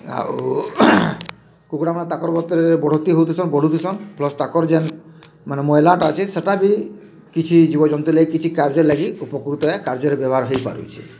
ଆଉ କୁକୁଡ଼ାମାନେ ତାଁକର୍ ମତରେ ବଢ଼ତି ହଉଥିସନ୍ ବଢ଼ୁଥିସନ୍ ପ୍ଲସ୍ ତାଁକର୍ ଯେନ୍ ମାନେ ମଇଲାଟା ଅଛେ ସେଟା ବି କିଛି ଜୀବଜନ୍ତୁର୍ ଲାଗି କିଛି କାର୍ଯ୍ୟରେ ଲାଗି ଉପକୃତ ହେ କାର୍ଯ୍ୟରେ ବ୍ୟବହାର୍ ହେଇପାରୁଛି